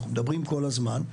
מדברים כל הזמן.